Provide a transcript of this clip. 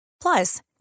Plus